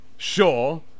Sure